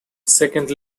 second